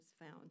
found